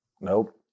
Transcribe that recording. Nope